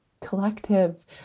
collective